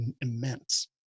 immense